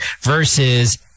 versus